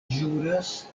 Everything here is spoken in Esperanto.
ĵuras